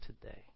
today